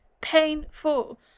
Painful